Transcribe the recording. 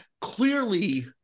Clearly